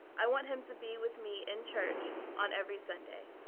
i want him to be with me in church on every sunday.